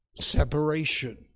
separation